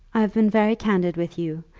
i have been very candid with you,